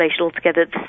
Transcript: altogether